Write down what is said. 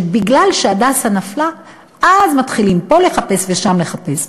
בגלל ש"הדסה" נפל מתחילים פה לחפש ושם לחפש.